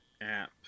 app